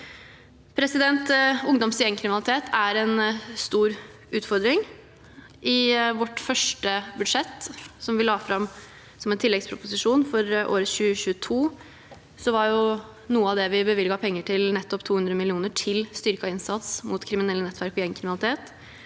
så langt. Ungdoms- og gjengkriminalitet er en stor utfordring. I vårt første budsjett, som vi la fram som en tilleggsproposisjon for året 2022, var noe av det vi bevilget penger til, 200 mill. kr, styrket innsats mot kriminelle nettverk og gjengkriminalitet.